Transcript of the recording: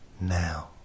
now